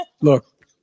Look